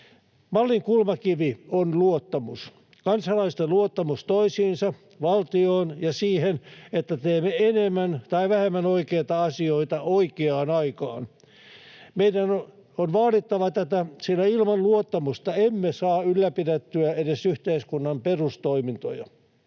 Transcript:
Mallin kulmakivi on luottamus — kansalaisten luottamus toisiinsa, valtioon ja siihen, että teemme enemmän tai vähemmän oikeita asioita oikeaan aikaan. Meidän on vaadittava tätä, sillä ilman luottamusta emme saa ylläpidettyä edes yhteiskunnan perustoimintoja.